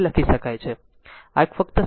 આમ આ ફક્ત સર્કિટ સાથે